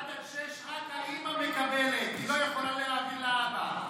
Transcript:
1 6 רק האימא מקבלת, היא לא יכולה להעביר לאבא.